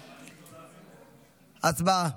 הצבעה.